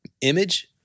image